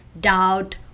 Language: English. doubt